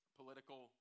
political